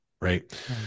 right